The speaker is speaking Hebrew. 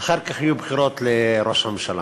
אחר כך יהיו בחירות לראש הממשלה.